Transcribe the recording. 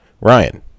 Ryan